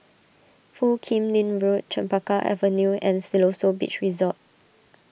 Foo Kim Lin Road Chempaka Avenue and Siloso Beach Resort